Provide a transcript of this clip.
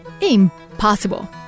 Impossible